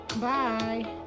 bye